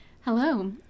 Hello